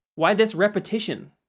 why this repetition?